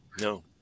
no